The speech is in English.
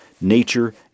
nature